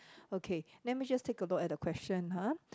okay let me just take a look at the question uh